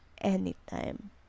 anytime